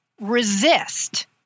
resist